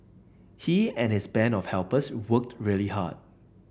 he and his band of helpers worked really hard